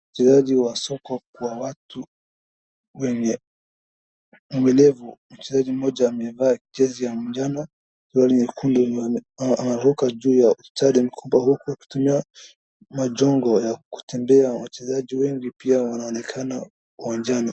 Mchezaji wa soka kwa watu wenye ulemavu. Mchezaji mmoja amevaa jezi ya manjano, suruali nyekundu, anaruka juu kwa ustadi mkubwa huku akitumia magongo ya kutembea. Wachezaji wengi pia wanaonekana uwanjani.